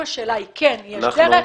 אם התשובה היא כן, יש דרך.